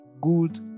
good